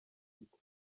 iti